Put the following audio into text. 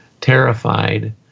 terrified